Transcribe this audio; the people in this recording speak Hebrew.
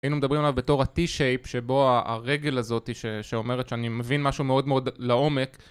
היינו מדברים עליו בתור ה-T-shape, שבו הרגל הזאת שאומרת שאני מבין משהו מאוד מאוד לעומק